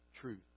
truth